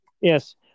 Yes